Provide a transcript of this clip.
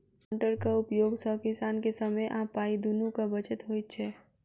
प्लांटरक उपयोग सॅ किसान के समय आ पाइ दुनूक बचत होइत छै